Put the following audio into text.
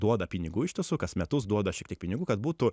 duoda pinigų iš tiesų kas metus duoda šiek tiek pinigų kad būtų